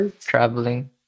traveling